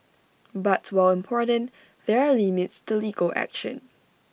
but while important there are limits to legal action